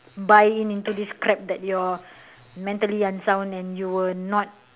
buy in into this crap that you are mentally unsound and you were not